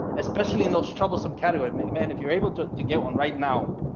especially in those troublesome category. man, if you're able to to get one right now.